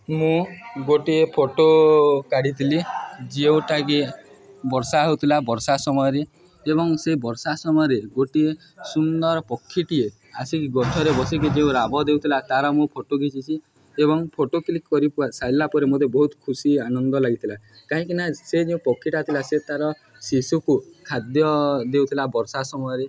ମୁଁ ଗୋଟିଏ ଫଟୋ କାଢ଼ିଥିଲି ଯେଉଁଟାକି ବର୍ଷା ହେଉଥିଲା ବର୍ଷା ସମୟରେ ଏବଂ ସେ ବର୍ଷା ସମୟରେ ଗୋଟିଏ ସୁନ୍ଦର ପକ୍ଷୀଟିଏ ଆସିକି ଗଛରେ ବସିକି ଯେଉଁ ରାବ ଦେଉଥିଲା ତା'ର ମୁଁ ଫଟୋ ଘିଚିଛିି ଏବଂ ଫଟୋ କ୍ଲିକ୍ କରି ସାରିଲା ପରେ ମୋତେ ବହୁତ ଖୁସି ଆନନ୍ଦ ଲାଗିଥିଲା କାହିଁକିନା ସେ ଯେଉଁ ପକ୍ଷୀଟା ଥିଲା ସେ ତା'ର ଶିଶୁକୁ ଖାଦ୍ୟ ଦେଉଥିଲା ବର୍ଷା ସମୟରେ